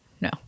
no